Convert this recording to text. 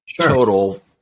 total